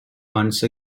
once